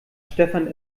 stefan